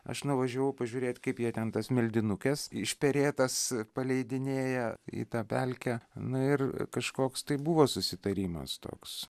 aš nuvažiavau pažiūrėt kaip jie ten tas meldinukes išperėtas paleidinėja į tą pelkę na ir kažkoks tai buvo susitarimas toks